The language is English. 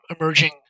emerging